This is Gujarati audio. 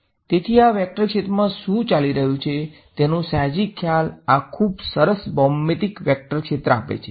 તેથી આ વેક્ટર ક્ષેત્રમાં શું ચાલી રહ્યું છે તેનો સાહજિક ખ્યાલ આ ખૂબ સરસ ભૌમિતિક વેક્ટર ક્ષેત્ર આપે છે